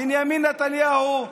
בנימין נתניהו,